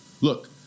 Look